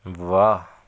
ਵਾਹ